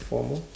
four more